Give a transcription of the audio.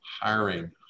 hiring